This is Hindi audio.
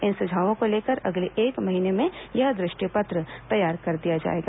इन सुझावों को लेकर अगले एक महीने में यह दृष्टि पत्र तैयार कर दिया जाएगा